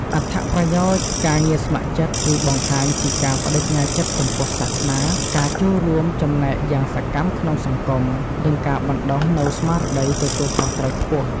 អត្ថប្រយោជន៍ការងារស្ម័គ្រចិត្ត គឺបង្ហាញពីការប្ដេជ្ញាចិត្តចំពោះសាសនា ការចូលរួមចំណែកយ៉ាងសកម្មក្នុងសង្គម និងការបណ្ដុះនូវស្មារតីទទួលខុសត្រូវខ្ពស់។